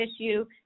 issue